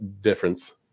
difference